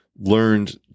learned